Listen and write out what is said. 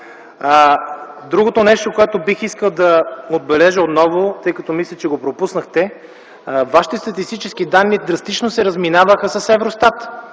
Другото нещо, което бих искал да отбележа отново, тъй като мисля, че го пропуснахте – Вашите статистически данни драстично се разминаваха с Евростат.